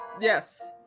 Yes